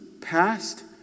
Past